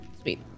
Sweet